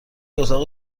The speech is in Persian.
اتاق